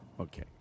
Okay